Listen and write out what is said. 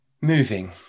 moving